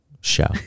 show